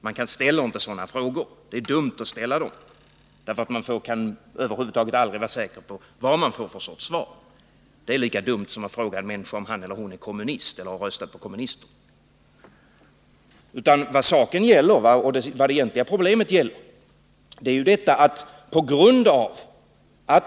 Man ställer inte sådana frågor, och det är också dumt att göra det, eftersom man knappast kan lita på de svar man får. Det är lika dumt som att fråga en människa om han eller hon är kommunist eller röstar på kommunisterna. Vad det egentliga problemet gäller är dock följande.